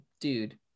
dude